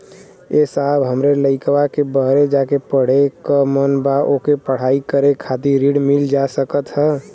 ए साहब हमरे लईकवा के बहरे जाके पढ़े क मन बा ओके पढ़ाई करे खातिर ऋण मिल जा सकत ह?